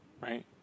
right